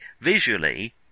visually